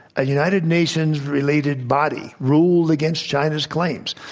a united nations related body ruled against china's claims.